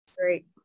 great